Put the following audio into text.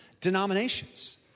denominations